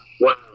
Wow